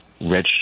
register